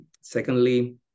Secondly